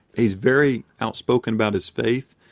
he's very outspoken about his faith,